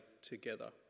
together